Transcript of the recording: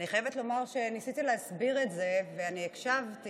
אני חייבת לומר שניסית להסביר את זה, ואני הקשבתי,